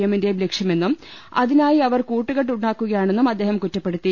എമ്മിന്റെയും ലക്ഷ്യമെന്നും അതിനായി അവർ കൂട്ടുകെട്ടുണ്ടാക്കുകയാണെന്നും അദ്ദേഹം കുറ്റപ്പെടുത്തി